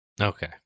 Okay